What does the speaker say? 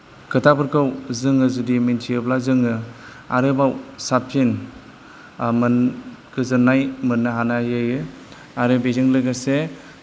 खोथाफोरखौ जोङो जुदि मिन्थियोब्ला जोङो आरोबाव साबसिन मोन गोजोन्नाय मोननो हानाय जायो आरो बेजों लोगोसे